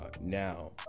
now